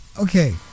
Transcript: okay